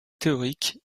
théorique